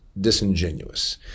disingenuous